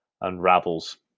unravels